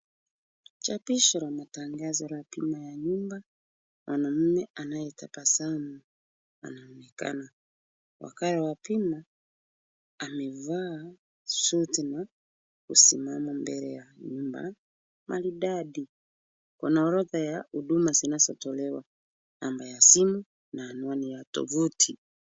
Chapisho ya matangazo ya ratifa ya nyumba mwanaume anayetabasamu anaonekana wakae yatima amevaa suti na kusimama mbele ya nyumba maridadi kuna oroda ya huduma zinazotolewa namba ya simu na anwani ya tufuti.